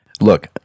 Look